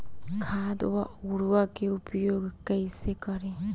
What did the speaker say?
खाद व उर्वरक के उपयोग कईसे करी?